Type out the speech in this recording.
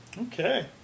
Okay